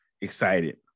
excited